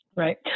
Right